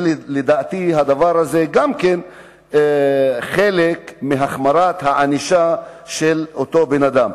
לדעתי הדבר הזה גם הוא חלק מהחמרת הענישה של אותו אדם.